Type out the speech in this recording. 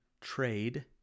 trade